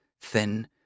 thin